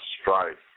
Strife